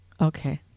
Okay